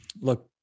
Look